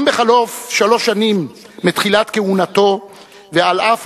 גם בחלוף שלוש שנים מתחילת כהונתו ועל אף